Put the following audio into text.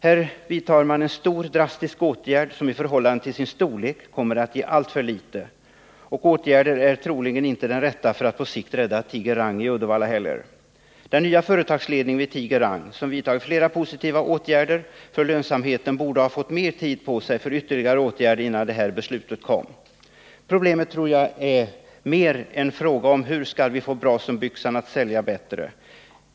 Här vidtar man en stor och drastisk åtgärd, som i förhållande till sin storlek kommer att ge alltför litet, och åtgärden är troligen inte heller den rätta för att på sikt rädda Tiger Rangi Uddevalla. Den nya företagsledningen vid Tiger Rang, som vidtagit flera positiva åtgärder för lönsamheten, borde ha fått mer tid på sig för ytterligare åtgärder innan det här beslutet kom. Jag tror att problemet snarare är en fråga om hur vi skall få Brasonbyxan att sälja bättre.